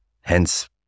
hence